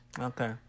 Okay